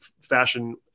fashion